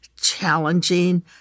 challenging